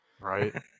Right